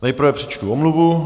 Nejprve přečtu omluvu.